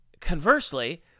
Conversely